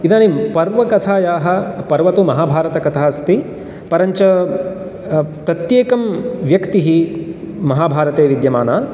इदानीं पर्वकथायाः पर्व तु महाभारतकथा अस्ति परञ्च प्रत्येकं व्यक्तिः महाभारते विद्यमान